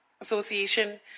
Association